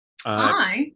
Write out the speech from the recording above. Hi